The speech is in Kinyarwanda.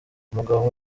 umugabo